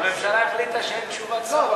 הממשלה החליטה שאין תשובת שר.